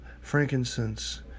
frankincense